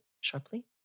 sharply